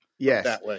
Yes